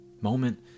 Moment